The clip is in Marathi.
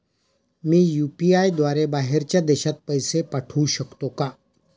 मी यु.पी.आय द्वारे बाहेरच्या देशात पैसे पाठवू शकतो का?